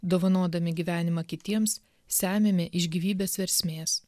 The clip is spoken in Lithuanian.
dovanodami gyvenimą kitiems semiame iš gyvybės versmės